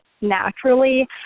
naturally